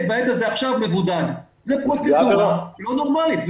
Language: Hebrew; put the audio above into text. ועד הזה עכשיו מבודד זו פרוצדורה לא נורמלית,